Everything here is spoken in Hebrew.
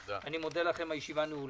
הישיבה נעולה.